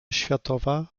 światowa